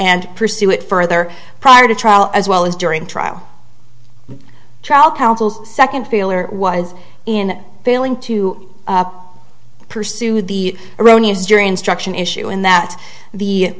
and pursue it further prior to trial as well as during trial trial counsel's second feeler was in failing to pursue the erroneous jury instruction issue in that the